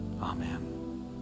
Amen